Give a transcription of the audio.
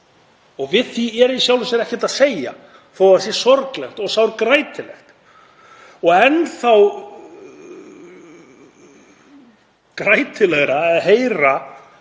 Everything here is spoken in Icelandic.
Við því er í sjálfu sér ekkert að segja, þó að það sé sorglegt og sárgrætilegt og enn þá sárgrætilegra er að heyra